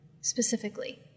specifically